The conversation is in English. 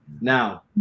now